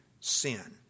sin